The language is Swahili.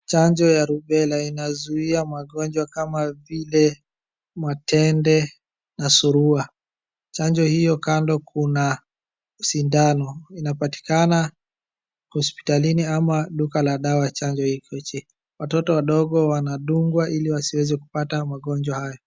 chanjo ya Rubela inazuia magonjwa kama vile matende na surua chanjo hiyo kando kuna sindano inapatikana hospitalini ama duka la kununua dawa chanjo hicho watoto wadogo wanadungwa ili wasiweze kupata magonjwa haya